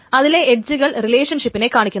അതിലെ എഡ്ജ്കൾ റിലേഷൻഷിപ്പിനെ കാണിക്കുന്നു